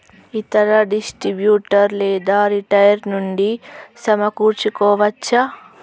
ఇతర డిస్ట్రిబ్యూటర్ లేదా రిటైలర్ నుండి సమకూర్చుకోవచ్చా?